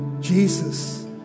Jesus